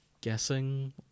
guessing